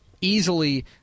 easily